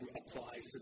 applies